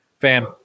fan